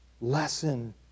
lesson